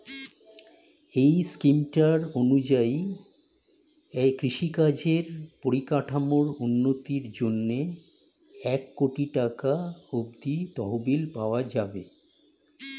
এই স্কিমটার অনুযায়ী কৃষিকাজের পরিকাঠামোর উন্নতির জন্যে এক কোটি টাকা অব্দি তহবিল পাওয়া যাবে